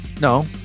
No